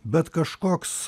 bet kažkoks